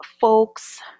folks